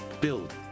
build